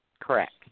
Correct